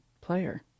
player